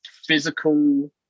physical